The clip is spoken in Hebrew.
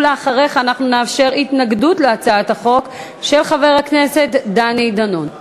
אחריך אנחנו נאפשר התנגדות להצעת החוק לחבר הכנסת דני דנון.